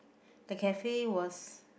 the cafe was